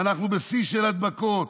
ואנחנו בשיא של הדבקות,